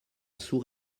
sous